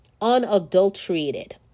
unadulterated